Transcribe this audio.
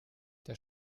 der